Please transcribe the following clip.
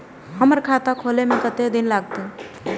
हमर खाता खोले में कतेक दिन लगते?